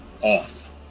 off